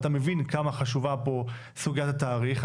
אתה מבין כמה חשובה פה סוגיית התאריך.